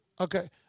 Okay